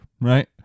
right